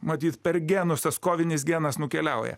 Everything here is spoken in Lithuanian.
matyt per genus tas kovinis genas nukeliauja